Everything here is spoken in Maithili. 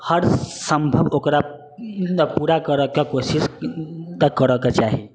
हर सम्भव ओकरा पूरा करयके कोशिश तऽ करऽके चाही